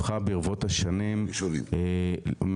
הפכה ברבות השנים -- מהראשונים.